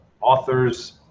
author's